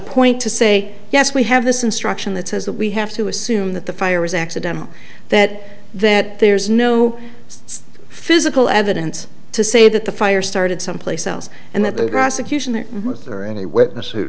point to say yes we have this instruction that says that we have to assume that the fire was accidental that that there's no physical evidence to say that the fire started someplace else and that the prosecution there are any witness